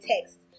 text